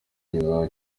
kizaba